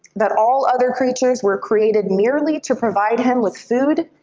that all other creatures were created merely to provide him with food,